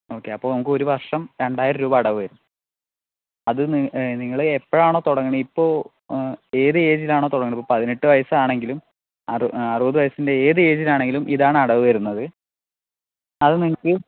okay അപ്പോൾ നമുക്ക് ഒരു വർഷം രണ്ടായിരം രൂപ അടവ് വരും അത് നിങ്ങള് എപ്പോഴാണോ തുടങ്ങുന്നത് ഇപ്പോൾ ഏത് ഏജിലാണോ തുടങ്ങുന്നത് ഇപ്പോൾ പതിനെട്ട് വയസാണെങ്കിലും ആറു അറുപത് വയസ്സിൻ്റെ ഏത് ഏജ്ലാണെങ്കിലും ഇതാണ് അടവ് വരുന്നത് അത് നിങ്ങൾക്ക്